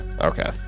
Okay